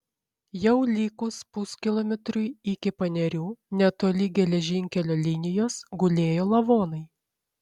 jau likus puskilometriui iki panerių netoli geležinkelio linijos gulėjo lavonai